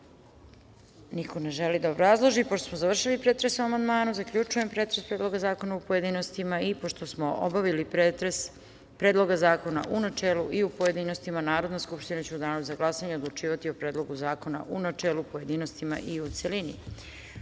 ne želi da obrazloži. Pošto smo završili pretres o amandmanu, zaključujem pretres Predloga zakona u pojedinostima i pošto smo obavili pretres Predloga zakona u načelu i u pojedinostima, Narodna skupština će u danu za glasanje odlučivati o Predlogu zakona u načelu, pojedinostima i u celini. Tačka